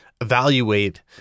evaluate